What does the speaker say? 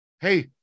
hey